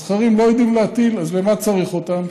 הזכרים לא יודעים להטיל, אז למה צריך אותם?